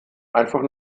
einfach